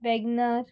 Wagon R